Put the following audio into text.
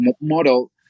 model